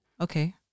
Okay